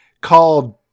called